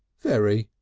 very,